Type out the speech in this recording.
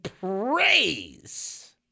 praise